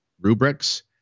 rubrics